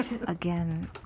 Again